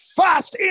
fast